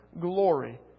glory